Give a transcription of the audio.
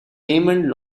raymond